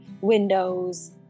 windows